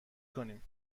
کنیم